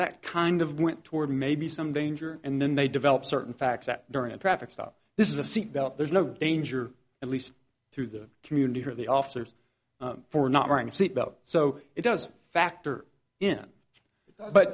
that kind of went toward maybe some danger and then they develop certain facts that during a traffic stop this is a seatbelt there's no danger at least to the community or the officers for not wearing a seatbelt so it does factor